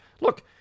Look